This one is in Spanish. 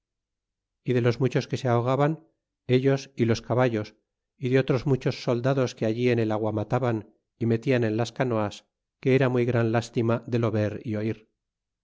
y de los muchos que se ahogaban ellos y los caballos y de otros muchos soldados que allí en el agua mataban y metian en las canoas que era muy gran lástima de lo ver y oir